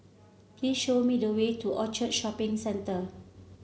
please show me the way to Orchard Shopping Centre